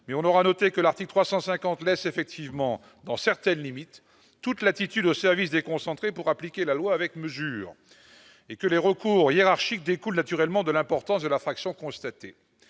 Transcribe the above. mais on aura noté que l'article 350 laisse effectivement dans certaines limites toute latitude aux services déconcentrés pour appliquer la loi avec mesure et que les recours hiérarchique découle naturellement de l'importance de la fraction à telle